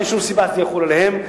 אין שום סיבה שזה יחול עליהם.